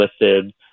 listed